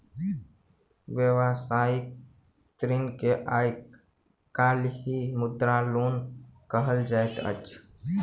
व्यवसायिक ऋण के आइ काल्हि मुद्रा लोन कहल जाइत अछि